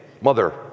mother